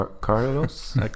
Carlos